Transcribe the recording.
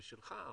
ושלך,